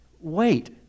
Wait